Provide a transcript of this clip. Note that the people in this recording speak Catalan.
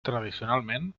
tradicionalment